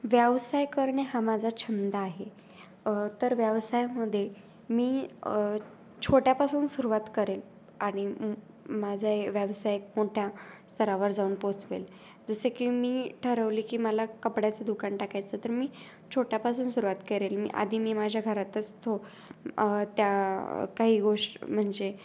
व्यवसाय करणे हा माझा छंद आहे तर व्यवसायामध्ये मी छोट्यापासून सुरुवात करेल आणि माझा व्यवसाय मोठ्या स्तरावर जाऊन पोचवेल जसे की मी ठरवली की मला कपड्याचं दुकान टाकायचं तर मी छोट्यापासून सुरुवात करेल मी आधी मी माझ्या घरातच तो त्या काही गोश् म्हणजे